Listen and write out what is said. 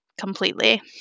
completely